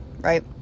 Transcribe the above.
right